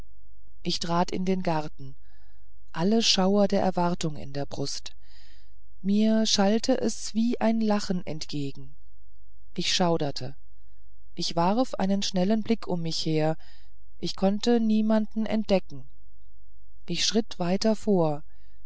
ich trat in den garten alle schauer der erwartung in der brust mir schallte es wie ein lachen entgegen mich schauderte ich warf einen schnellen blick um mich her ich konnte niemanden entdecken ich schritt weiter vor